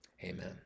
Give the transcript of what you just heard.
Amen